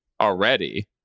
already